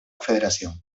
federación